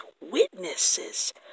witnesses